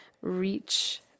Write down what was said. reach